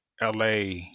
LA